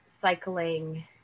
cycling